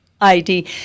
ID